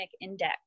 index